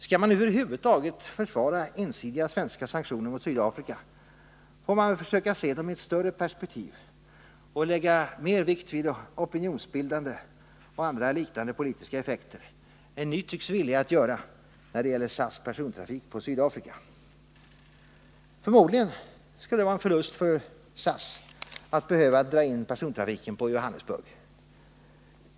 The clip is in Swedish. Skall man över huvud taget försvara ensidiga svenska sanktioner mot Sydafrika får man väl försöka se dem i ett större perspektiv och lägga mer vikt vid opinionsbildande och andra liknande politiska effekter än ni tycks villiga att göra när det gäller SAS persontrafik på Sydafrika. Förmodligen skulle det vara en förlust för SAS att behöva dra in persontrafiken på Johannesburg.